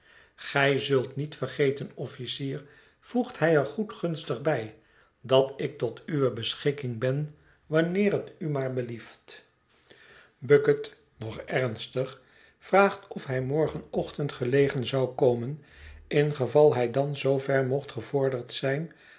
gij zult niet vergeten officier voegt hij er goedgunstig bij dat ik tot uwe beschikking ben wanneer het u maar belieft bucket nog ernstig vraagt of hij morgenochtend gelegen zou komen ingeval hij dan zoover mocht gevorderd zijn